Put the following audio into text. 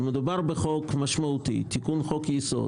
מדובר בחוק משמעותי, תיקון חוק יסוד